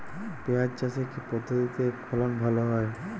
পিঁয়াজ চাষে কি পদ্ধতিতে ফলন ভালো হয়?